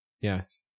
Yes